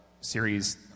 series